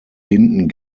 hinten